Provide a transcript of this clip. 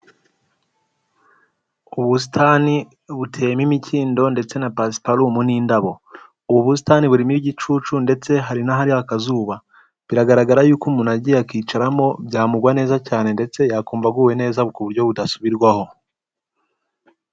Ubusitani buteyemo imikindo ndetse na pasiparmu n'indabo ,ubu busitani burimo igicucu ndetse hari nahari akazuba ,biragaragara yuko umuntu agiye akicaramo byamugwa neza cyane ndetse yakumva aguwe neza ku buryo budasubirwaho.